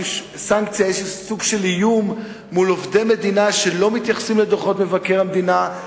איזשהו סוג של איום מול עובדי מדינה שלא מתייחסים לדוחות מבקר המדינה,